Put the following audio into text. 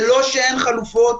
זה לא שאין חלופות.